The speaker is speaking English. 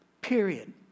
period